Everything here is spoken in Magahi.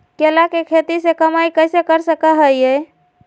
केले के खेती से कमाई कैसे कर सकय हयय?